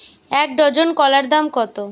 এক ডজন কলার দাম কত?